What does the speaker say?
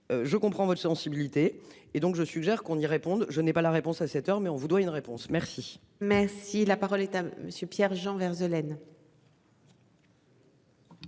Je comprends votre sensibilité et donc je suggère qu'on y réponde. Je n'ai pas la réponse à cette heure mais on vous doit une réponse. Merci, merci, la parole est à monsieur Pierre Jean Verzeletti.